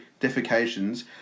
defecations